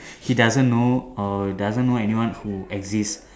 he doesn't know or doesn't know anyone who exist